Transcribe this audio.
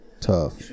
tough